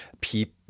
people